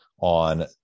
on